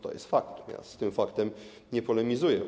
To jest fakt, ja z tym faktem nie polemizuję.